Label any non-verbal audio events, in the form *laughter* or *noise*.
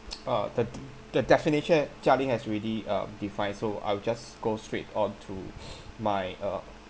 uh th~ the definition jia-ling has already uh define so I'll just go straight onto *noise* my uh